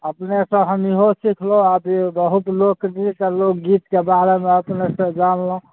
अपनेसँ हम इहो सिखलहुँ इहो बहुत लोकगीत आ लोकनृत्यके बारेमे अपनेसँ जानलहुँ